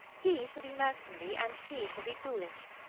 he shall be mercenary, and she shall be foolish!